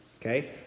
Okay